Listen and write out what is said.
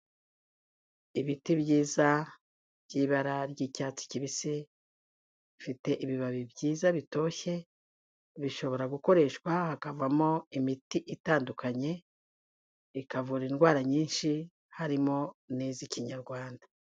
Ibiti byiza by'ibara ry'icyatsi kibisi, bifite ibibabi byiza bitoshye, bishobora gukoreshwa hakavamo imiti itandukanye, ikavura indwara nyinshi harimo n'iz'ikinyarwanda.